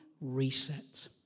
reset